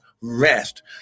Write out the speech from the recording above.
rest